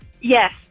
Yes